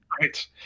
Right